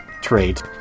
trait